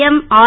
M R